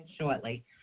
shortly